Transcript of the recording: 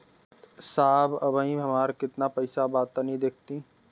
साहब अबहीं हमार कितना पइसा बा तनि देखति?